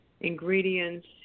ingredients